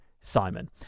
Simon